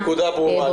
הנקודה ברורה.